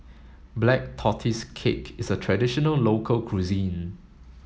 black tortoise cake is a traditional local cuisine